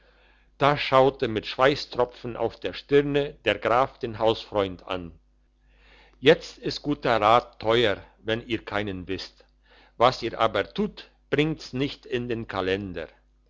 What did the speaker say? da schaute mit schweisstropfen auf der stirne der graf den hausfreund an jetzt ist guter rat teuer wenn ihr keinen wisst was ihr aber tut bringt's nicht in den kalender